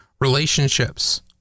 relationships